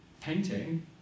painting